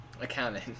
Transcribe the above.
accounting